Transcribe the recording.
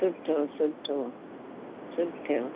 सुठो सुठो सुठो